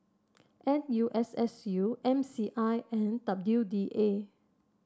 N U S S U M C I and W D A